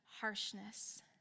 harshness